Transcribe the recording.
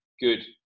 good